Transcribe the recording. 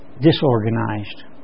disorganized